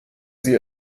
sie